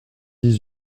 dix